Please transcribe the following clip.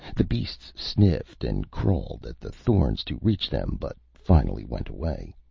the beasts sniffed and clawed at the thorns to reach them, but finally went away.